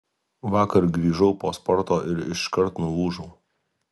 vakar grįžau po sporto ir iškart nulūžau